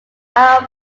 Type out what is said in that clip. are